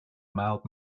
mild